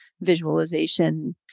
visualization